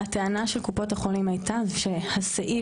הטענה של קופות החולים הייתה שהסעיף,